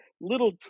little